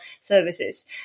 services